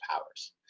powers